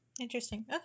interesting